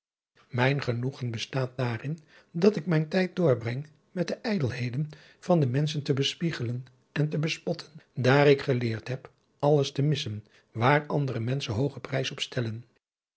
mijn genoegen bestaat daarin dat ik mijn tijd doorbreng met de ijdelheden van de menschen te bespiegelen en te bespotten daar ik geleerd heb alles te missen waar andere menschen hoogen prijs